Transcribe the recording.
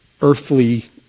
earthly